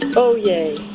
and oh, yay.